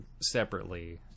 separately